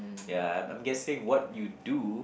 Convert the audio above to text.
ya I'm I'm guessing what you do